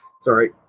Sorry